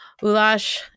Ulash